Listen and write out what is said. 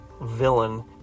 villain